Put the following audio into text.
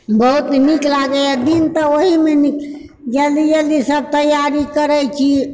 बहुत नीक लागैए दिन तऽ ओहिमे नि जल्दी जल्दी सभ तैयारी करैत छी